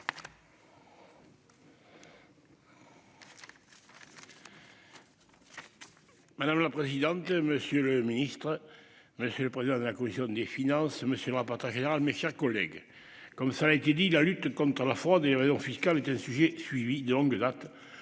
Madame la présidente, monsieur le ministre. Monsieur le président de la commission des finances, monsieur le rapporteur général, mes chers collègues, comme ça a été dit la lutte contre la fraude et évasion fiscale est un sujet suivi de longue date